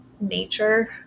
nature